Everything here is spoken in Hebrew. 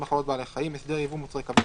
מחלות בעלי חיים (הסדר יבוא מוצרי כוורת),